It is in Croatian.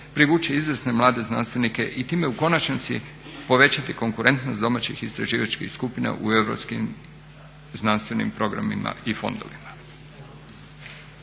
privući izvrsne mlade znanstvenike i time u konačnici povećati konkurentnost domaćih istraživačkih skupina u europskim znanstvenim programima i fondovima.